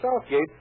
Southgate